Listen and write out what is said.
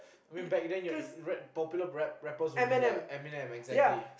I mean back then you are in rap popular rappers would be like Eminem exactly